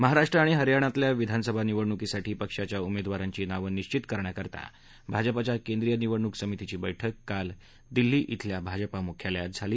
महाराष्ट्र आणि हरयाणातल्या विधानसभा निवडणुकीसाठी पक्षाच्या उमेदवारांची नावं निश्वित करण्यासाठी भाजपाच्या केंद्रीय निवडणूक समितीची बैठक काल दिल्ली इथल्या भाजपा मुख्यालयात झाली